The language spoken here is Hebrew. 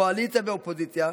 קואליציה ואופוזיציה,